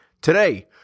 Today